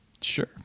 Sure